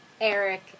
Eric